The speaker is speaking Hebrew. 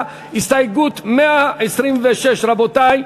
קבוצת סיעת יהדות התורה,